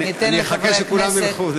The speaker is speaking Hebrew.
אני, אני אחכה שכולם ילכו.